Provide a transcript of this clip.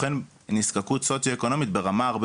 בוחן נזקקות סוציו-אקונומית ברמה הרבה